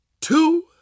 two